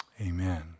amen